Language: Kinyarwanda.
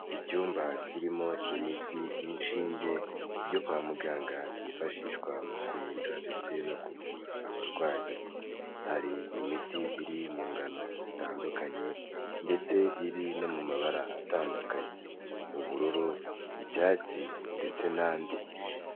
Icyumba kirimo imiti n'inshinge byo kwa muganga, byifashishwa mu kurinda ndetse no kuvura abarwayi, hari imiti iri mu ngano zitandukanye, ndetse iri no mu mabara atandukanye, ubururu, icyatsi ndetse n'andi.